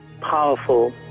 powerful